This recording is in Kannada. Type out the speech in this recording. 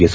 ಎಸ್